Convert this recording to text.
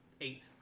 Eight